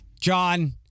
John